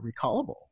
recallable